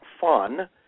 fun